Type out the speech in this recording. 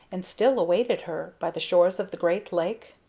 and still awaited her, by the shore of the great lake?